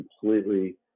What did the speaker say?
completely